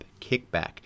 kickback